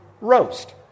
roast